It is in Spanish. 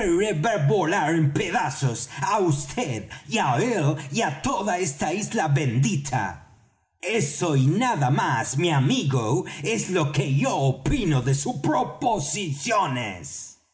volar en pedazos á vd y á él y á toda esta isla bendita eso y nada más mi amigo es lo que yo opino de sus proposiciones